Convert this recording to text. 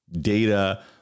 data